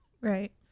Right